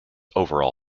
overall